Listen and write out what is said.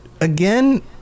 again